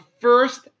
first